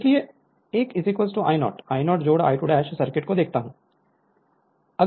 Refer Slide Time 1946 इसलिएI 1I 0 I 0 I2 circuit को देखता हूं